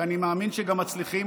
ואני מאמין שגם מצליחים,